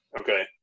Okay